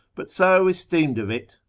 but so esteemed of it,